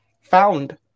found